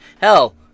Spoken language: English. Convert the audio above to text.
Hell